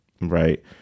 right